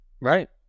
Right